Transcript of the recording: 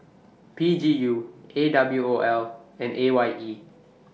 P G U A W O L and A Y E